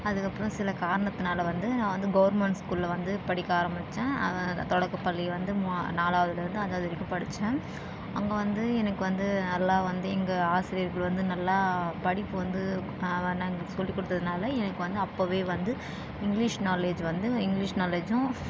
அதுக்கு அப்பறம் சில காரணத்தினால வந்து நான் வந்து கவர்மெண்ட் ஸ்கூல்ல வந்து படிக்க ஆரம்பித்தேன் அது அது தொடக்கப்பள்ளி வந்து மூணா நாலாவதுலேருந்து அஞ்சாவது வரைக்கும் படித்தேன் அங்கே வந்து எனக்கு வந்து நல்லா வந்து இங்கே ஆசிரியர்கள் வந்து நல்லா படிப்பு வந்து எங்களுக்கு சொல்லிக் கொடுத்ததுனால எனக்கு வந்து அப்பவே வந்து இங்கிலீஷ் நாலேஜ் வந்து இங்கிலீஷ் நாலேஜும்